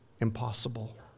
impossible